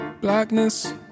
blackness